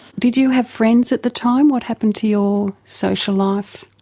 did you have friends at the time, what happened to your social life?